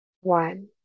one